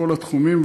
בכל התחומים,